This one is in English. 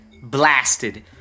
blasted